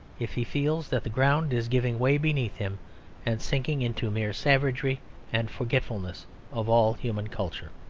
if he feels that the ground is giving way beneath him and sinking into mere savagery and forgetfulness of all human culture.